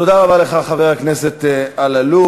תודה רבה לך, חבר הכנסת אלאלוף.